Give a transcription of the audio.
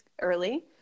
early